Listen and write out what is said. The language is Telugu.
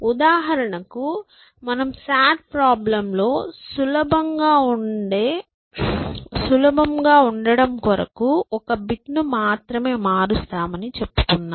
ఉదాహరణకు మనం S A T ప్రాబ్లెమ్లో సులభంగా ఉండ కొరకు ఒక బిట్ ని మాత్రమే మారుస్తామని చెప్పుకున్నాం